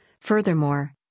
Furthermore